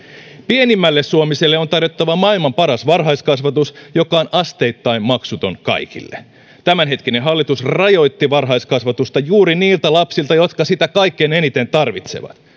pienimmälle suomiselle on tarjottava maailman paras varhaiskasvatus joka on asteittain maksuton kaikille tämänhetkinen hallitus rajoitti varhaiskasvatusta juuri niiltä lapsilta jotka sitä kaikkein eniten tarvitsevat